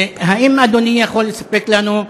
האם אדוני יכול לספק לנו,